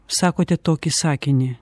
sakote tokį sakinį